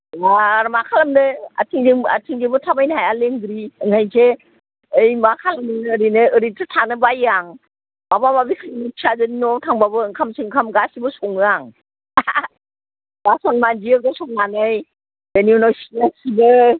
नङा आरो मा खालामनो आथिंजों आथिंजोंबो थाबायनो हाया लेंग्रि ओंखायनोसो ओइ मा खालामनो बिदिनो ओरैनो थानो बायो आं माबा माबि फिसाजोनि न'आव थांब्लाबो ओंखाम सोंखाम गासैबो सङो आं बासन माजियो गसंनानै बेनि उनाव सिथ्ला सिबो